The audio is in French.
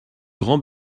grand